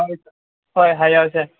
ꯍꯣꯏ ꯍꯥꯏꯅꯁꯦ